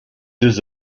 deux